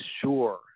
sure